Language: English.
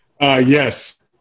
yes